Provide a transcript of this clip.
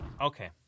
okay